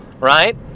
right